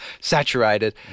saturated